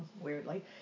weirdly